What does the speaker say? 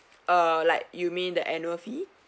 uh like you mean the annual fee